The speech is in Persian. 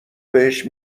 بهش